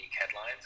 headlines